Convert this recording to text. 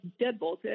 deadbolted